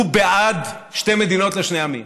הוא בעד שתי מדינות לשני עמים.